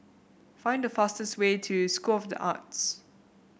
find the fastest way to School of the Arts